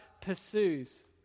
pursues